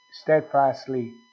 steadfastly